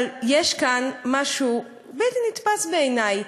אבל יש כאן משהו בלתי נתפס בעיני: